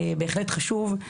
בהחלט חשוב,